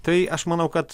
tai aš manau kad